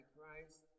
Christ